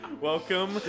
Welcome